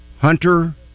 Hunter